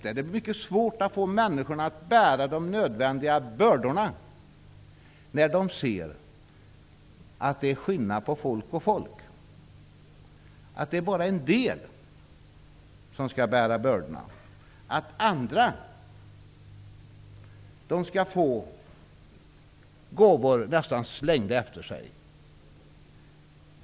Det blir mycket svårt att få människorna att bära de nödvändiga bördorna när de ser att det är skillnad på folk och folk, att det bara är en del som bär bördorna och att andra får gåvor nästan slängda efter sig.